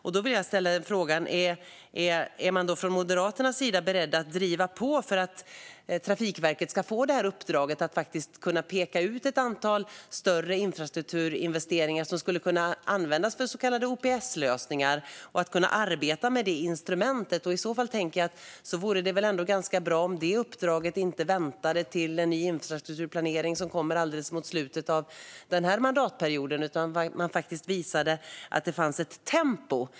Jag vill fråga om man från Moderaternas sida är beredd att driva på för att Trafikverket ska få uppdraget att peka ut ett antal större infrastrukturinvesteringar som skulle kunna användas för så kallade OPS-lösningar och att arbeta med detta instrument. I så fall vore det väl ändå ganska bra om detta uppdrag inte får vänta till dess att det kommer en ny infrastrukturplanering mot slutet av denna mandatperiod. Det vore bra att visa att det finns ett tempo.